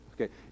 okay